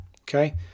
okay